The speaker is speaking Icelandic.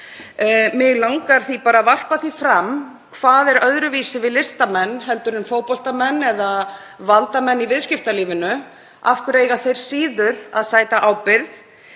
Mig langar því bara að varpa spurningu fram: Hvað er öðruvísi við listamenn en fótboltamenn eða valdamenn í viðskiptalífinu? Af hverju eiga listamenn síður að sæta ábyrgð?